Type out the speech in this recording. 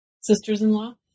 sisters-in-law